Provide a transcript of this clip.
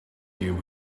few